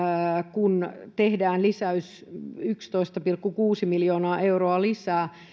kun tehdään lisäys yksitoista pilkku kuusi miljoonaa euroa lisää